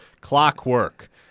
Clockwork